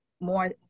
more